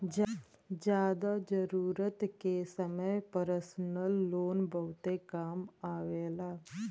जादा जरूरत के समय परसनल लोन बहुते काम आवेला